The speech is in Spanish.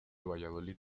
valladolid